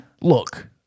look